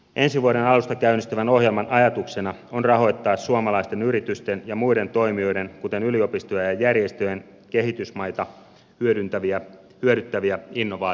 ensi vuoden alusta käynnistyvän ohjelman ajatuksena on rahoittaa suomalaisten yritysten ja muiden toimijoiden kuten yliopistojen ja järjestöjen kehitysmaita hyödyttäviä innovaatioita